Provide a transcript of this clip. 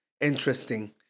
Interesting